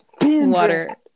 Water